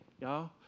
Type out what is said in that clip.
y'all